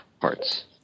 parts